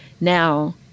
Now